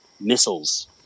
missiles